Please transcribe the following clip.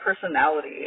personality